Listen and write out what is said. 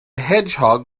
hedgehog